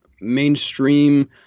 mainstream